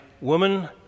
woman